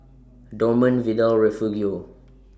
Dorman Vidal Refugio